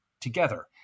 together